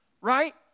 Right